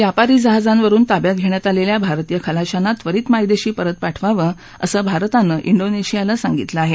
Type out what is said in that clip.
व्यापारी जहाजांवरुन ताब्यात घेण्यात आलेल्या भारतीय खलाशांना त्वरित मायदेशी परत पाठवावं असं भारतानं डीनेशियाला सांगितलं आहे